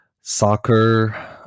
soccer